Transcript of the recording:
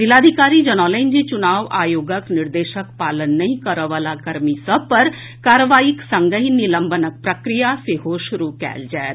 जिलाधिकारी जनौलनि जे चुनाव आयोगक निर्देशक पालन नहि करय वला कर्मी सभ पर कार्रवाईक संगहि निलंबनक प्रक्रिया सेहो शुरू कयल जाएत